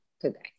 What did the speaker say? today